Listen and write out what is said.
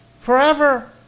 forever